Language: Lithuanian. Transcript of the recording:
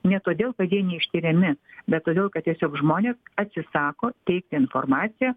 ne todėl kad jie neištiriami bet todėl kad tiesiog žmonės atsisako teikti informaciją